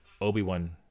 Obi-Wan